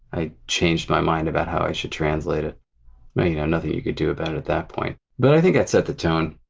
i changed my mind about how i should translate it you know nothing you could do about it at that point. but i think that set the tone.